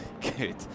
good